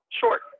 Short